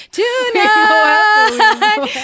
tonight